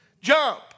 Jump